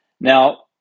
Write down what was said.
Now